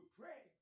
pray